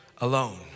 alone